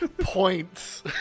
points